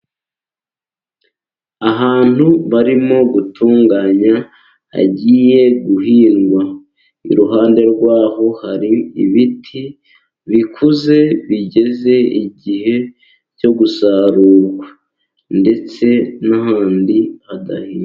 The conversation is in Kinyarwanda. Ahantu barimo gutunganya, hagiye guhingwa. Iruhande rwaho hari ibiti bikuze, bigeze igihe cyo gusarurwa. Ndetse n'ahandi hadahinze.